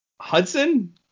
Hudson